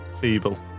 feeble